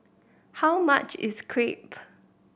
how much is Crepe